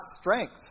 strength